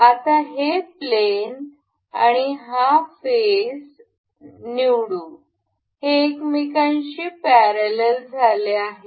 आता हे प्लॅन आणि हा फेस निवडू हे एकमेकांशी पॅरलल झाले आहेत